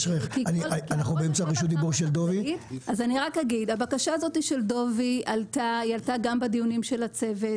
אני רק אגיד: הבקשה הזו של דובי עלתה גם בדיונים של הצוות,